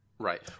Right